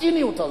הציניות הזאת,